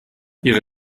ihre